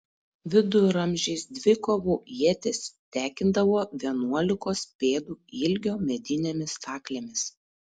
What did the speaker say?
viduramžiais dvikovų ietis tekindavo vienuolikos pėdų ilgio medinėmis staklėmis